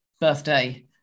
birthday